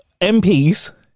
MPs